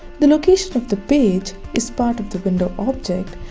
the location of the page is part of the window object.